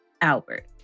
Albert